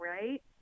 right